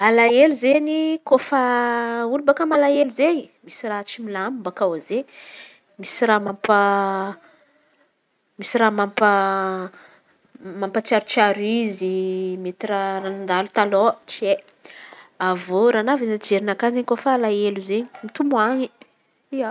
Alahelo izen̈y kôfa olo bôaka malahelo izen̈y misy raha tsy milamin̈a bôaka aô edy e. Misy raha mampa misy raha mampatsiarotsiaro izy raha nandalo tamy talôha tsy hay avy eô navy amy fijrinakà kôfa malahelo izen̈y mitomany ia.